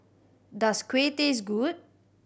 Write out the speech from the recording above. does kuih taste good